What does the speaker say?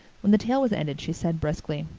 when the tale was ended she said briskly,